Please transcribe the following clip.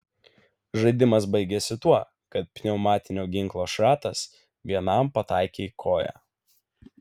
žaidimas baigėsi tuo kad pneumatinio ginklo šratas vienam pataikė į koją